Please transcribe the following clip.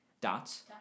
Dots